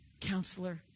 Counselor